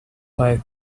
five